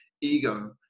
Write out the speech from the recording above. ego